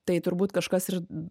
tai turbūt kažkas ir